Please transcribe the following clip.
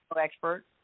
expert